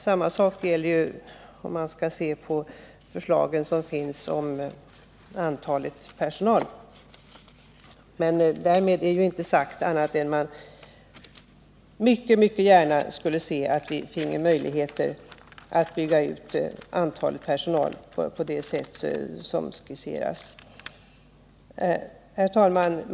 Samma sak gäller förslagen att öka personalen, även om man gärna skulle se att vi finge möjligheter att utöka personalen på det sätt som skisseras. Herr talman!